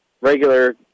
regular